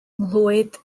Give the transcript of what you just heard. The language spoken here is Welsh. nghlwyd